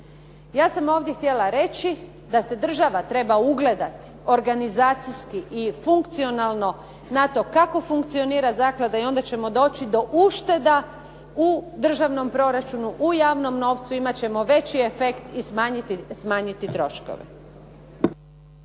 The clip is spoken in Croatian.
Ja sam ovdje htjela reći da se država treba ugledati, organizacijski i funkcionalno na to kako funkcionira zaklada i onda ćemo doći do ušteda u državnom proračunu, u javnom novcu, imati ćemo veći efekt i smanjiti troškove.